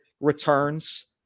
returns